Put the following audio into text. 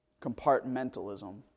compartmentalism